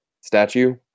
statue